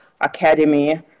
Academy